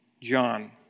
John